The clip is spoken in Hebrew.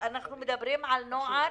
אנחנו מדברים על נוער